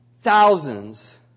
thousands